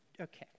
Okay